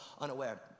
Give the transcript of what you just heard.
unaware